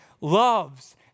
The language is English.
loves